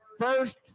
first